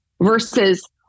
versus